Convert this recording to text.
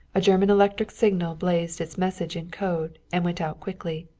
a german electric signal blazed its message in code, and went out quickly.